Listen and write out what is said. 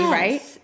right